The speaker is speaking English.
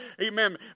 Amen